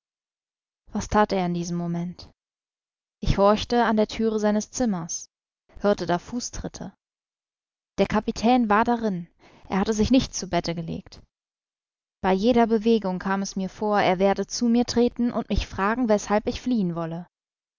was that er in diesem moment ich horchte an der thüre seines zimmers hörte da fußtritte der kapitän war darin er hatte sich nicht zu bette gelegt bei jeder bewegung kam es mir vor er werde zu mir treten und mich fragen weshalb ich fliehen wolle